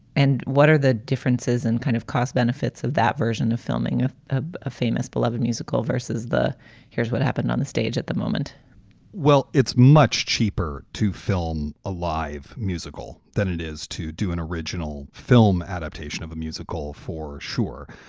and what are the differences and kind of cost benefits of that version of filming of ah a famous beloved musical versus the here's what happened on the stage at the moment well, it's much cheaper to film alive musical than it is to do an original film adaptation of a musical for sure.